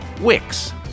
Wix